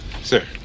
Sir